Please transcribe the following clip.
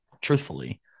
truthfully